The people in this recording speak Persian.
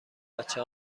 بچه